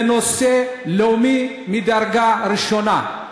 זה נושא לאומי מדרגה ראשונה.